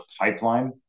pipeline